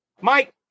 Mike